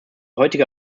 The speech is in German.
heutige